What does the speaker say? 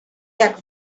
jak